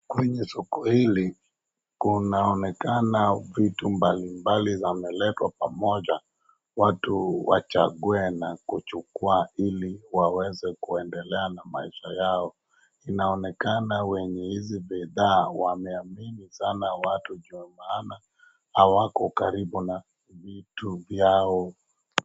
Kwenye soko hili kunaonekana vitu mbalimbali zomeletwa pamoja watu wachague na kuchukua ili waweze kwendelea na maisha yao. Inaonekana wenye hizi bidhaa wameamini watu sna ndio maana hawako karibu na vitu vyao.